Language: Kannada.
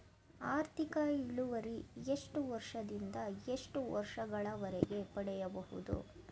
ಆರ್ಥಿಕ ಇಳುವರಿ ಎಷ್ಟು ವರ್ಷ ದಿಂದ ಎಷ್ಟು ವರ್ಷ ಗಳವರೆಗೆ ಪಡೆಯಬಹುದು?